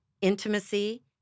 intimacy